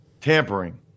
tampering